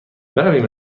برویم